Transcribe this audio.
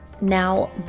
Now